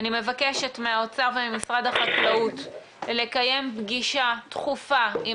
אני מבקשת מהאוצר וממשרד החקלאות לקיים פגישה דחופה עם